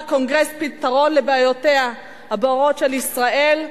הקונגרס פתרון לבעיותיה הבוערות של ישראל,